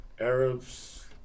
Arabs